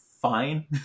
fine